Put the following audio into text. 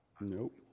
nope